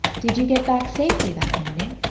did you get back safely that morning?